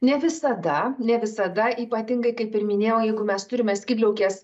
ne visada ne visada ypatingai kaip ir minėjau jeigu mes turime skydliaukės